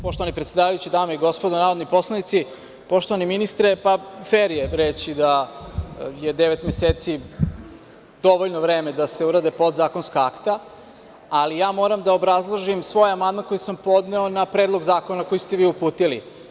Poštovani predsedavajući, dame i gospodo narodni poslanici, poštovani ministre, fer je reći da je devet meseci dovoljno vreme da se urade podzakonska akta, ali moram da obrazložim svoj amandman koji sam podneo na Predlog zakona koji ste vi uputili.